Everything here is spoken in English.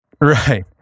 Right